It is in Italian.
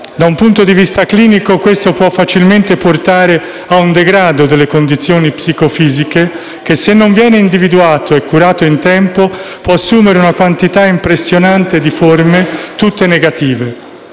Da un punto di vista clinico, questo può facilmente portare a un degrado delle condizioni psicofisiche che, se non viene individuato e curato in tempo, può assumere una quantità impressionante di forme, tutte negative.